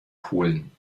polen